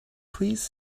please